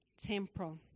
temporal